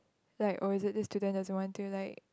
like oh is it this student doesn't want to like